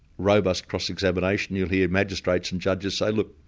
robust cross-examination you'll hear magistrates and judges say, look,